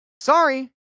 Sorry